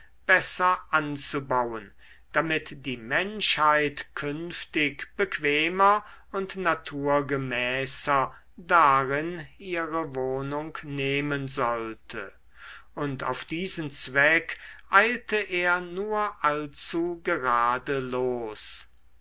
besser anzubauen damit die menschheit künftig bequemer und naturgemäßer darin ihre wohnung nehmen sollte und auf diesen zweck eilte er nur allzu gerade los